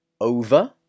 over